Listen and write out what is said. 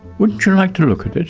wouldn't you like to look at at